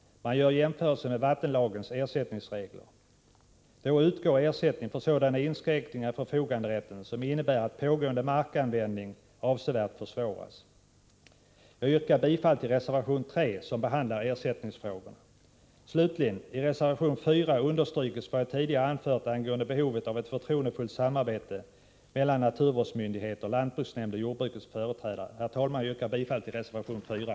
Man gör jämförelser med vattenlagens ersättningsregler. Enligt dessa utgår ersättning för sådan inskränkning i förfoganderätten som innebär att pågående markanvändning avsevärt försvåras. Jag yrkar bifall till reservation 3, som behandlar ersättningsfrågorna. I reservation 4 slutligen understryks vad jag tidigare anfört angående behovet av ett förtroendefullt samarbete mellan naturvårdsmyndigheter, lantbruksnämnd och jordbrukets företrädare. Jag yrkar bifall till reservation 4.